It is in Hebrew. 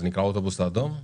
זה נקרא האוטובוס האדום?